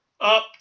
Up